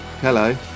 Hello